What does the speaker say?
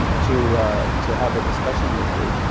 to to have a discussion with you.